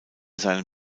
seinem